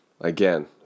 again